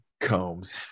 Combs